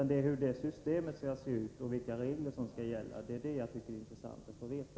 Det är hur systemet skall ses ut och vilka regler som skall gälla som jag tycker det är intressant att få veta.